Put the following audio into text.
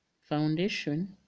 foundation